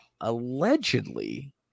allegedly